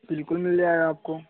बिल्कुल मिल जाएगा आपको